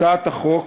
הצעת החוק